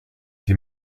die